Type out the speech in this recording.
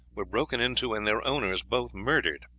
were broken into and their owners both murdered.